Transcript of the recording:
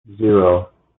zero